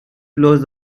blows